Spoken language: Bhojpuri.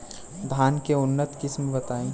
धान के उन्नत किस्म बताई?